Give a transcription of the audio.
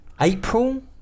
April